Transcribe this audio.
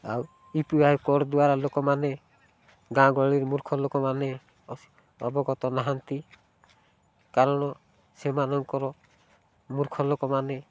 ଆଉ U P I code ଦ୍ୱାରା ଲୋକମାନେ ଗାଁ ଗହଳିର ମୂର୍ଖ ଲୋକମାନେ ଅବଗତ ନାହାନ୍ତି କାରଣ ସେମାନଙ୍କର ମୂର୍ଖ ଲୋକମାନେ